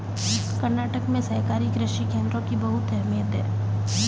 कर्नाटक में सहकारी कृषि केंद्रों की बहुत अहमियत है